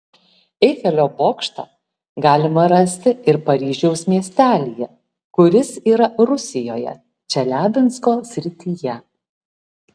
eifelio bokštą galima rasti ir paryžiaus miestelyje kuris yra rusijoje čeliabinsko srityje